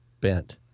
bent